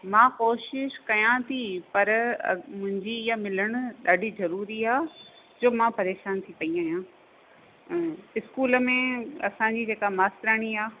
मां कोशिश कयां थी पर मुंहिंजी इहा मिलणु ॾाढी ज़रूरी आहे जो मां परेशान थी पेई आहियां स्कूल में असांजी जेका मास्तराणी आहे